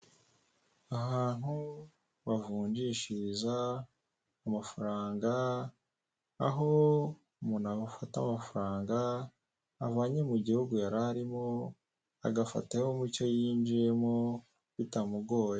Ahantu bavunjishiriza amafaranga aho umuntu afata amafaranga avanye mu gihugu yari arimo agafata ayo mucyo yinjiyemo bitamugoye.